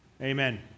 amen